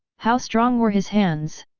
how strong were his hands?